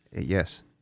yes